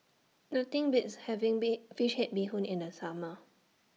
Nothing Beats having Big Fish Head Bee Hoon in The Summer